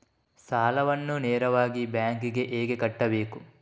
ಸಾಲವನ್ನು ನೇರವಾಗಿ ಬ್ಯಾಂಕ್ ಗೆ ಹೇಗೆ ಕಟ್ಟಬೇಕು?